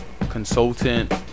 consultant